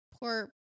Poor